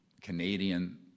Canadian